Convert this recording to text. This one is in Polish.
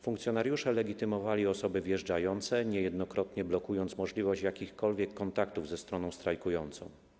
Funkcjonariusze legitymowali osoby wjeżdżające, niejednokrotnie blokując możliwość jakichkolwiek kontaktów ze stroną strajkującą.